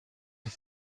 ist